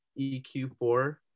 EQ4